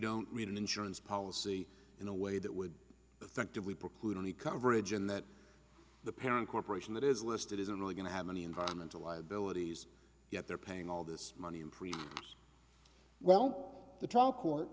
don't read an insurance policy in a way that would effectively preclude any coverage and that the parent corporation that is listed isn't really going to have any environmental liabilities yet they're paying all this money and well the trial court